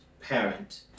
parent